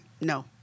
No